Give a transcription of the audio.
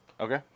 Okay